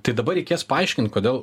tai dabar reikės paaiškint kodėl